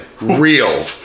real